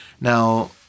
Now